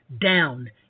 down